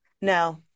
no